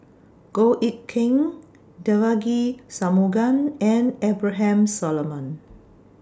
Goh Eck Kheng Devagi Sanmugam and Abraham Solomon